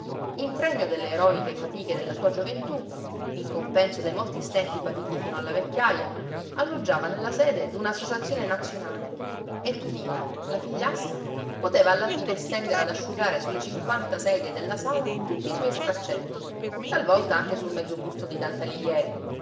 in premio delle eroiche fatiche della sua gioventù in compenso dei molti stenti patiti fino alla vecchiaja alloggiava nella sede d'una associazione nazionale e tudina la figliastra poteva alla fine stendere ad asciugare su le cinquanta sedie della sala tutti i suoi straccetti talvolta anche sul mezzobusto di dante alighieri